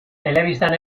telebistan